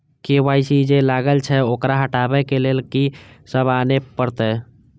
KYC जे लागल छै ओकरा हटाबै के लैल की सब आने परतै?